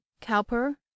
cowper